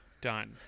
Done